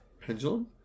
Pendulum